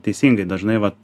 teisingai dažnai vat